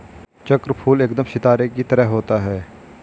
चक्रफूल एकदम सितारे की तरह होता है